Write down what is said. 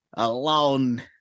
Alone